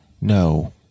No